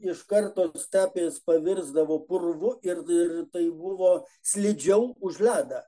iš karto stepės pavirsdavo purvu ir ir tai buvo slidžiau už ledą